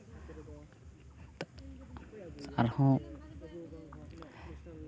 ᱟᱨᱦᱚᱸ